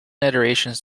iterations